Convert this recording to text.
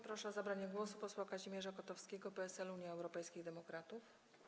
Proszę o zabranie głosu posła Kazimierza Kotowskiego, PSL - Unia Europejskich Demokratów.